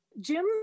Jim